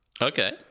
Okay